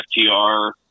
FTR